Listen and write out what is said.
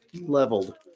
leveled